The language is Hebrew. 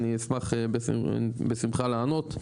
אני אשמח בשמחה לענות.